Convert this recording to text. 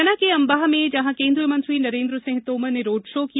मुरैना के अंबाह में जहां केन्द्रीय मंत्री नरेन्द्र सिंह तोमर ने रोड शो किया